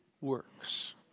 works